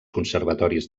conservatoris